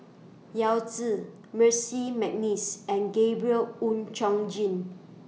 Yao Zi Mercy Mcneice and Gabriel Oon Chong Jin